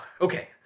Okay